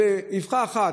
באבחה אחת,